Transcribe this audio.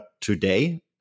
today